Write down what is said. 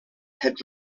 had